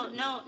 no